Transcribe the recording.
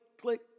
click